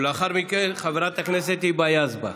ולאחר מכן, חברת הכנסת היבה יזבק.